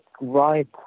right